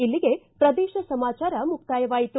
ಇಲ್ಲಿಗೆ ಪ್ರದೇಶ ಸಮಾಚಾರ ಮುಕ್ತಾಯವಾಯಿತು